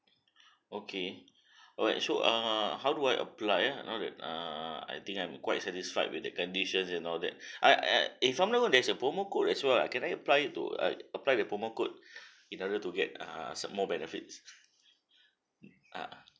okay alright so err how do I apply ah and all that err I think I'm quite satisfied with that condition and all that I I if I'm there's a promo code as well can I apply it to uh apply with promo code in order to get s~ more benefits ah